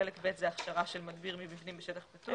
חלק ב' זה הכשרה של מדביר במבנים בחלק פתוח,